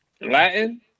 Latin